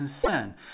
concern